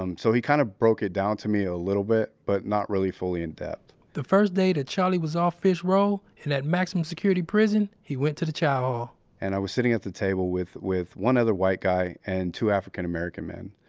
um so he kind of broke it down to me a little bit but not really fully in depth the first day that charlie was off fish row in that maximum security prison, he went to the chow hall and i was sitting at the table with with one other white guy and two african american men,